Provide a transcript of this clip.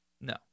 No